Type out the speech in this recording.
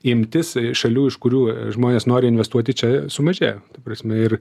imtis šalių iš kurių žmonės nori investuoti čia sumažėjo ta prasme ir